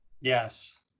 Yes